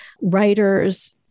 writers